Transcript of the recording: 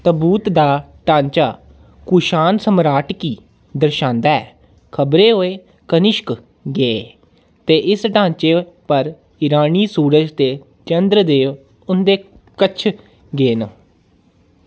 तबूत दा ढांचा कुषाण सम्राट गी दर्शांदा ऐ खबरै ओह् कनिष्क गै ऐ ते इस ढांचे पर ईरानी सूरज ते चंद्र देव उं'दे कच्छ गै न